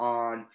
on